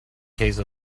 case